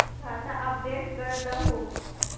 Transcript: खाता अपडेट करदहु?